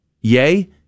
yay